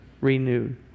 Renewed